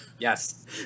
Yes